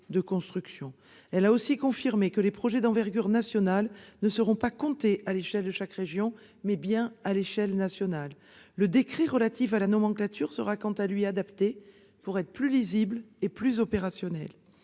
Elle a aussi confirmé que les projets d'envergure nationale seraient comptabilisés non à l'échelle de chaque région, mais bien à l'échelle nationale. Le décret relatif à la nomenclature sera, quant à lui, adapté pour être plus lisible et plus opérant.